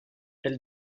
elle